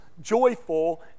joyful